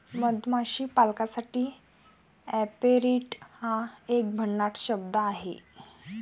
मधमाशी पालकासाठी ऍपेरिट हा एक भन्नाट शब्द आहे